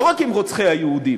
לא רק עם רוצחי היהודים,